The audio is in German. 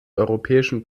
europäischen